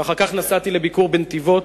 ואחר כך נסעתי לביקור בנתיבות.